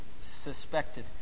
suspected